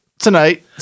Tonight